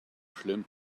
schlimm